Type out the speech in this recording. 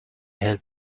have